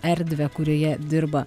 erdvę kurioje dirba